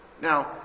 Now